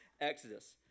exodus